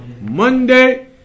Monday